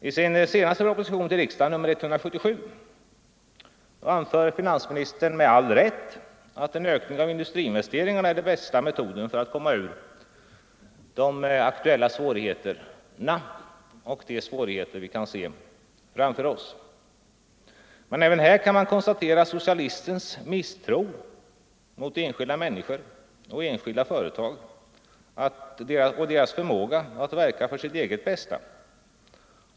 I sin senaste proposition till riksdagen, nr 177, anför finansministern med all rätt att en ökning av industriinvesteringarna är den bästa metoden att komma ur de aktuella svårigheterna och de som vi kan se framför oss. Men även här kan man konstatera socialistens misstro mot enskilda människors och enskilda företags förmåga att verka för sitt eget bästa.